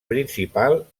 principal